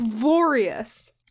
glorious